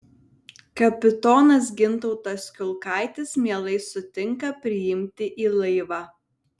kapitonas gintautas kiulkaitis mielai sutinka priimti į laivą